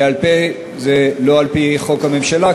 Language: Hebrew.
בעל-פה זה לא על-פי חוק הממשלה,